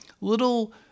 little